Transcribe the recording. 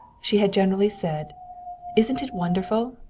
she had generally said isn't it wonderful!